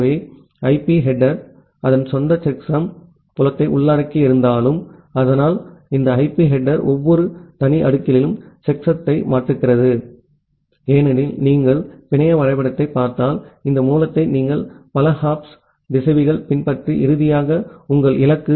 எனவே ஐபி தலைப்பு அதன் சொந்த செக்ஸம் புலத்தை உள்ளடக்கியிருந்தாலும் ஆனால் இந்த ஐபி தலைப்பு ஒவ்வொரு தனி அடுக்கிலும் செக்சத்தை மாற்றுகிறது ஏனெனில் நீங்கள் பிணைய வரைபடத்தைப் பார்த்தால் இந்த மூலத்தை நீங்கள் பல ஹாப்ஸ் திசைவிகள் பின்பற்றி இறுதியாக உங்கள் இலக்கு